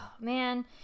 man